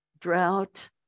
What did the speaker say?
drought